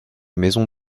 maisons